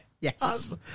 Yes